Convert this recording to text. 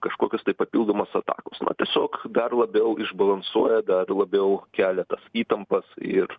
kažkokios tai papildomos atakos na tiesiog dar labiau išbalansuoja dar labiau kelia tas įtampos ir